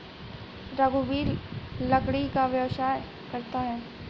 रघुवीर लकड़ी का व्यवसाय करता है